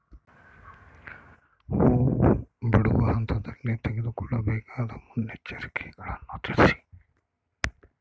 ಹೂ ಬಿಡುವ ಹಂತದಲ್ಲಿ ತೆಗೆದುಕೊಳ್ಳಬೇಕಾದ ಮುನ್ನೆಚ್ಚರಿಕೆಗಳನ್ನು ತಿಳಿಸಿ?